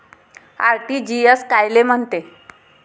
RTGS कायले म्हनते?